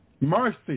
Mercy